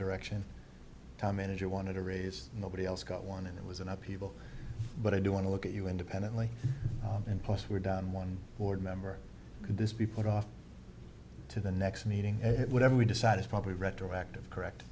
direction time manager wanted to raise nobody else got one and it was an upheaval but i do want to look at you independently and plus we're down one board member could this be put off to the next meeting and whatever we decide is probably retroactive correct